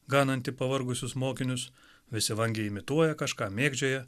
ganantį pavargusius mokinius visi vangiai imituoja kažką mėgdžioja